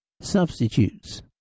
Substitutes